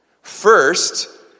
First